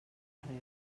arreu